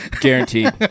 Guaranteed